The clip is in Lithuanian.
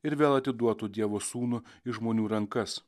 ir vėl atiduotų dievo sūnų į žmonių rankas